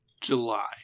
July